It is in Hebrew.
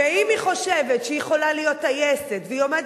אף אחד לא שם אצלך את הדעת הגמורה והמלאה,